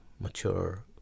mature